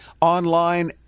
online